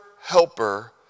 helper